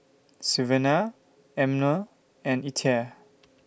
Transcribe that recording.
Sylvania Emmer and Ethyle